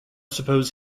suppose